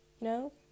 No